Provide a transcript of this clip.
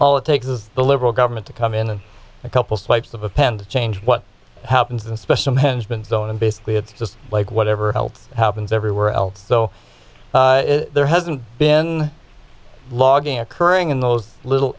all it takes is the liberal government to come in and a couple swipes of a pen to change what happens in a special management zone basically it's just like whatever help happens everywhere else though there hasn't been logging occurring in those little